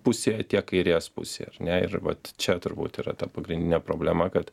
pusėje tiek kairės pusėje ar ne ir vat čia turbūt yra ta pagrindinė problema kad